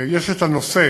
יש נושא